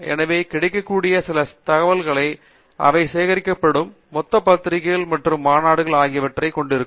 எனவே கிடைக்கக்கூடிய சில தரவுத்தளங்கள் உள்ளன இவை சேகரிக்கப்படும் மொத்த பத்திரிகைகள் மற்றும் மாநாடுகள் ஆகியவற்றைக் கொண்டிருக்கும்